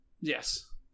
Yes